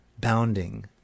Bounding